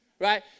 right